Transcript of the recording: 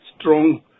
strong